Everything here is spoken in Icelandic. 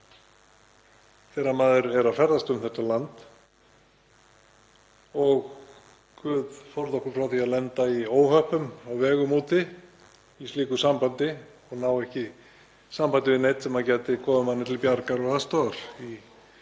þegar ferðast er um þetta land. Guð forði okkur frá því að lenda í óhöppum á vegum úti í slíku sambandi og ná ekki sambandi við neinn sem gæti komið manni til bjargar og aðstoðar